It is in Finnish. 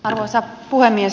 arvoisa puhemies